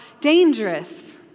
dangerous